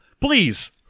Please